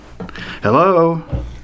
Hello